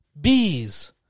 Bees